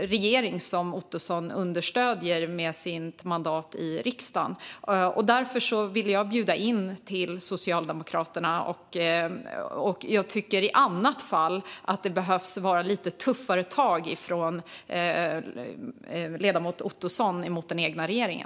regering som Ottosson understöder med sitt mandat i riksdagen saknas fördelningsprofil. Därför vill jag bjuda in ledamoten Ottosson till Socialdemokraterna. I annat fall tycker jag att det behöver vara lite tuffare tag från honom mot den egna regeringen.